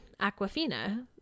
Aquafina